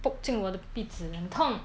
poke 进我的鼻子很痛